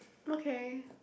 okay